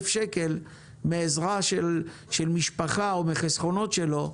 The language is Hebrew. שקלים מעזרה של משפחה או מחסכונות שלו,